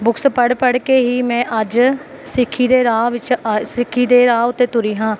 books ਪੜ੍ਹ ਪੜ੍ਹ ਕੇ ਹੀ ਮੈਂ ਅੱਜ ਸਿੱਖੀ ਦੇ ਰਾਹ ਵਿੱਚ ਆ ਸਿੱਖੀ ਦੇ ਰਾਹ ਉੱਤੇ ਤੁਰੀ ਹਾਂ ਅਤੇ